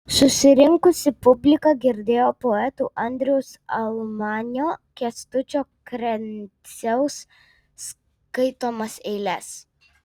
susirinkusi publika girdėjo poetų andriaus almanio kęstučio krenciaus skaitomas eiles